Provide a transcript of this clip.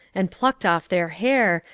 and plucked off their hair,